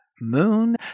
Moon